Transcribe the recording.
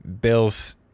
Bill's